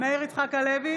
מאיר יצחק הלוי,